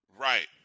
Right